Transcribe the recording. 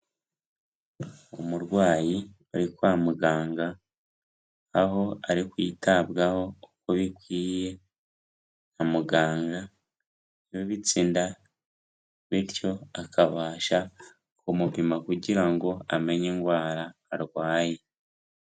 Umurwayi ari kwa muganga, aho ari kwitabwaho uko bikwiye na muganga, yubitsi inda bityo bakabasha kumupima kugira ngo amenye indwara arwaye.